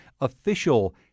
official